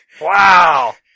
Wow